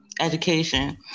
education